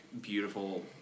beautiful